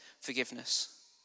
forgiveness